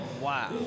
Wow